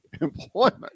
employment